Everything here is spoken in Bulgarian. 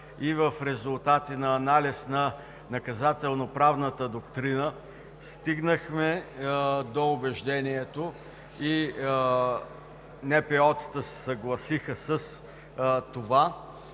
и в резултат на анализ на наказателно-правната доктрина, стигнахме до убеждението, и НПО-тата се съгласиха с това,